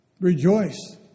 Rejoice